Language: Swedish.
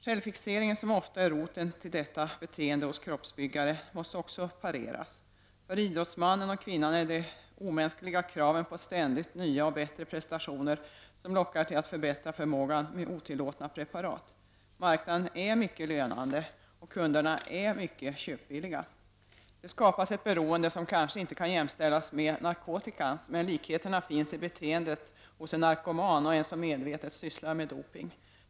Självfixeringen, som ofta är roten till detta beteende hos kroppsbyggaren, måste också pareras. För idrottsmannen och idrottskvinnan är det de omänskliga kraven på ständigt nya och bättre prestationer som lockar till att förbättra förmågan med otillåtna preparat. Marknaden är mycket lönande, och kunderna är mycket köpvilliga. Det skapas ett beroende som kanske inte kan jämställas med narkotikans, men likheter finns i beteendet hos en narkoman och en som medvetet sysslar med doping.